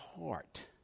heart